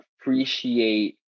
appreciate